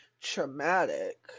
traumatic